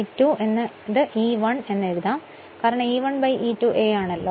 E2 എന്നത് E 1 എന്ന് എഴുതാം കാരണം E 1 E2 a